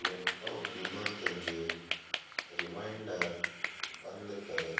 laptop बीमा के लिए रिमाइंडर बंद करें